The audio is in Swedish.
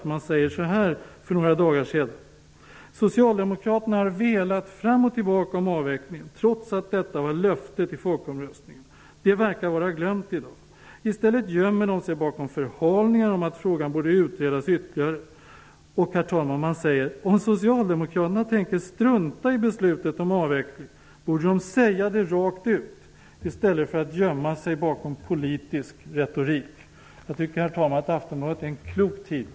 För några dagar sedan stod det så här i Aftonbladet: ''Socialdemokraterna har velat fram och tillbaka om avvecklingen trots att denna var löftet i folkomröstningen. Det verkar vara glömt i dag. I stället gömmer de sig bakom förhalningar om att frågan borde utredas ytterligare. Om socialdemokraterna tänker strunta i beslutet om avveckling borde de säga det rakt ut istället för att gömma sig bekom politisk retorik.'' Herr talman! Jag tycker att Aftonbladet är en klok tidning.